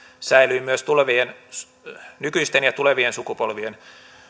säilyy myös nykyisten ja tulevien sukupolvien